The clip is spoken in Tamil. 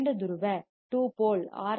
இரண்டு துருவ 2 போல் ஆர்